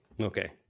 Okay